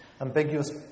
ambiguous